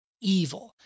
evil